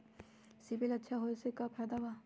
CIBIL अच्छा होऐ से का फायदा बा?